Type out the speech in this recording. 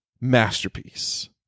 masterpiece